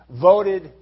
voted